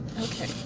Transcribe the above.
okay